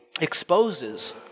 exposes